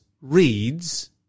reads